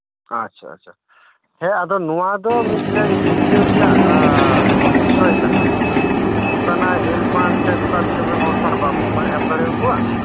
ᱟᱪᱷᱟ ᱟᱪᱷᱟ ᱦᱮᱸ ᱟᱫᱚ ᱱᱚᱣᱟᱫᱚ ᱢᱤᱫᱴᱮᱡ ᱵᱤᱪᱟᱹᱨ ᱨᱮᱭᱟᱜ ᱵᱤᱥᱚᱭ ᱠᱟᱱᱟ ᱱᱚᱝᱠᱟᱱᱟᱜ ᱦᱮᱞᱯᱢᱟ ᱮᱱᱛᱮ ᱜᱚᱴᱟ ᱫᱤᱥᱟᱹᱢ ᱨᱮᱱ ᱦᱚᱲ ᱛᱚ ᱟᱨ ᱵᱟᱢ ᱮᱢ ᱫᱟᱲᱮᱭᱟᱠᱩᱣᱟ